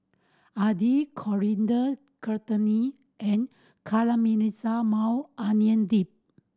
Idili Coriander Chutney and Caramelized Maui Onion Dip